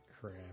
Crap